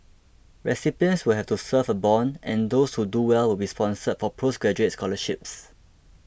recipients will have to serve a bond and those who do well will be sponsored for postgraduate scholarships